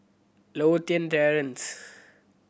Lothian Terrace